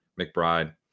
McBride